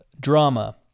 drama